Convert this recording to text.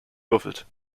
würfelt